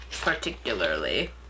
Particularly